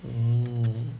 orh